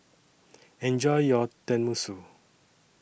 Enjoy your Tenmusu